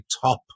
top